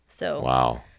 Wow